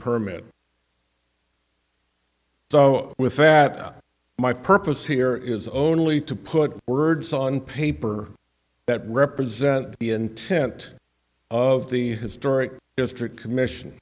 permit so with that my purpose here is only to put words on paper that represent the intent of the historic district commission